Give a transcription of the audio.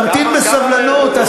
תמתין בסבלנות,